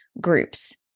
groups